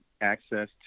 access